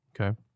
Okay